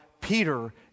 Peter